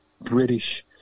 British